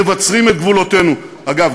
מבצרים את גבולותינו אגב,